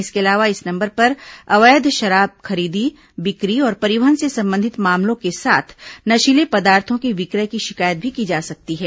इसके अलावा इस नंबर पर अवैध शराब खरीदी बिक्री और परिवहन से संबंधित मामलों के साथ नशीले पदार्थों के विक्रय की शिकायत भी की जा सकती है